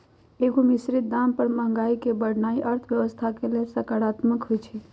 एगो निश्चित दाम पर महंगाई के बढ़ेनाइ अर्थव्यवस्था के लेल सकारात्मक होइ छइ